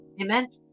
amen